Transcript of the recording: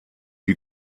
wie